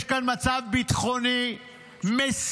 יש כאן מצב ביטחוני מסוכן,